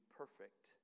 perfect